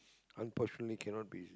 unfortunately cannot be